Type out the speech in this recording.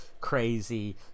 crazy